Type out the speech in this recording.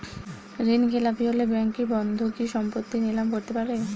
ঋণখেলাপি হলে ব্যাঙ্ক কি বন্ধকি সম্পত্তি নিলাম করতে পারে?